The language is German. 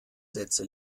sätze